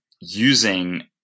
using